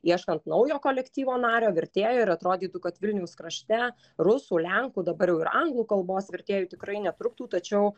ieškant naujo kolektyvo nario vertėjo ir atrodytų kad vilniaus krašte rusų lenkų dabar jau ir anglų kalbos vertėjų tikrai netrūktų tačiau